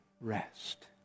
rest